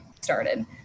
started